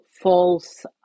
false